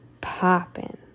popping